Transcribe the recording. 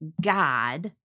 God